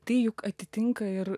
tai juk atitinka ir